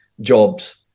jobs